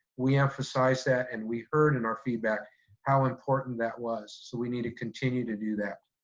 we emphasized that, and we heard in our feedback how important that was so we need to continue to do that.